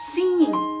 Singing